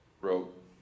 wrote